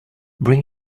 bring